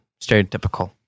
stereotypical